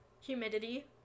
humidity